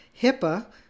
HIPAA